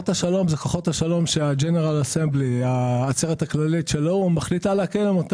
זה כוחות השלום שהעצרת הכללית של האו"ם מחליטה להכיר בהם.